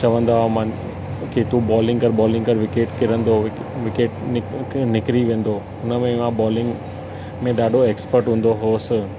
चवंदा हुआ माना की तूं बॉलिंग कर बॉलिंग कर विकेट किरंदो विकेट निकिरी वेंदो हुन में मां बॉलिंग में ॾाढो एक्स्पट हूंदो हुअसि